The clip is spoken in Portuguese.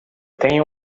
tenho